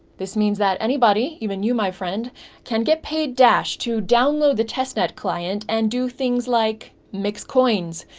this means that anybody even you my friend can get paid dash to download the testnet client and do things like mix coins,